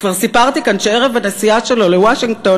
כבר סיפרתי כאן שערב הנסיעה שלו לוושינגטון